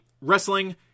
wrestling